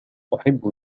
أحب